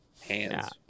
Hands